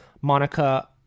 Monica